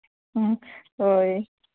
ꯎꯝ ꯍꯣꯏ